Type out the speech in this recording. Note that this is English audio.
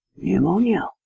Pneumonia